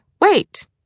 wait